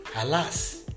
Alas